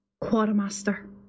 Quartermaster